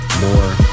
more